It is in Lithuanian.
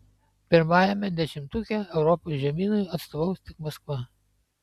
pirmajame dešimtuke europos žemynui atstovaus tik maskva